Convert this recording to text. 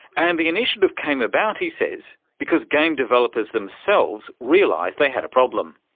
and the initiative came about, he says, because game developers themselves realised they had a problem.